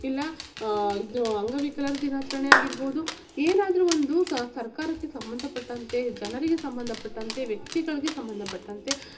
ಇಲ್ಲ ಇದು ಅಂಗವಿಕಲರ ದಿನಾಚರಣೆ ಆಗಿರ್ಬೋದು ಏನಾದರು ಒಂದು ಸರ್ಕಾರಕ್ಕೆ ಸಂಬಂಧಪಟ್ಟಂತೆ ಜನರಿಗೆ ಸಂಬಂಧಪಟ್ಟಂತೆ ವ್ಯಕ್ತಿಗಳಿಗೆ ಸಂಬಂಧಪಟ್ಟಂತೆ